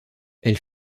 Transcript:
elle